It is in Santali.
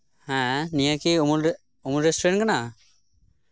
ᱦᱮᱸ ᱱᱤᱭᱟᱹ ᱠᱤ ᱩᱢᱩᱞ ᱨᱮᱥᱴᱩᱨᱮᱱᱴ ᱠᱟᱱᱟ